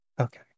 Okay